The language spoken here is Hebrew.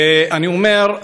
אני אומר,